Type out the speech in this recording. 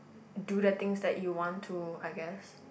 do the things that you want to I guess